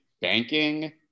banking